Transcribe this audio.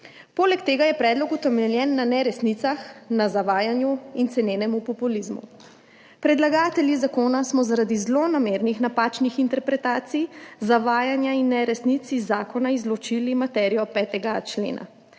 Poleg tega je predlog utemeljen na neresnicah, na zavajanju in cenenem populizmu. Predlagatelji zakona smo zaradi zlonamernih napačnih interpretacij, zavajanja in neresnic iz zakona izločili materijo 5.a člena.